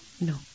No